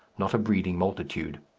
not a breeding multitude.